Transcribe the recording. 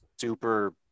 super